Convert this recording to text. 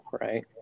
Right